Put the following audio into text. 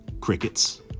Crickets